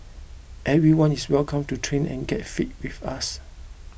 everyone is welcome to train and get fit with us